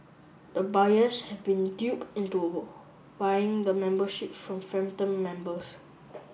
the buyers have been duped into buying the membership from phantom members